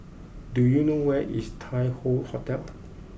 do you know where is Tai Hoe Hotel